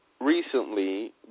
recently